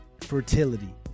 fertility